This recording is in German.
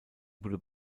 wurde